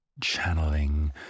Channeling